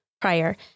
prior